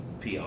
PR